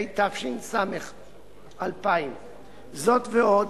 התש"ס 2000. זאת ועוד,